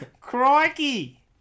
Crikey